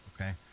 okay